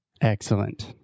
Excellent